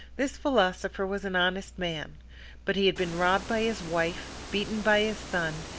this philosopher was an honest man but he had been robbed by his wife, beaten by his son,